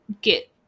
get